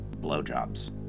blowjobs